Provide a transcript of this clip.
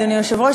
אדוני היושב-ראש,